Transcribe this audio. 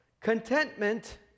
Contentment